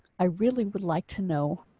i really would like to know.